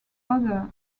other